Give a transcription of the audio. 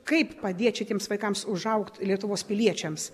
kaip padėt šitiems vaikams užaugt lietuvos piliečiams